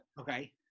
Okay